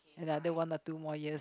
another one or two more years